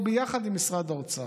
או ביחד עם משרד האוצר.